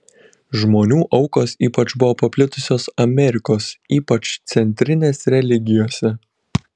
žmonių aukos ypač buvo paplitusios amerikos ypač centrinės religijose